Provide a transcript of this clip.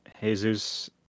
Jesus